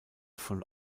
von